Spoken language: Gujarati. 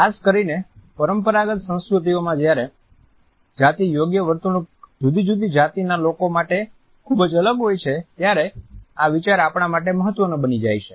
ખાસ કરીને પરંપરાગત સંસ્કૃતિઓમાં જ્યારે જાતિ યોગ્ય વર્તણૂક જુદી જુદી જાતિના લોકો માટે ખૂબ જ અલગ હોય છે ત્યારે આ વિચાર આપણા માટે મહત્વનો બની જાય છે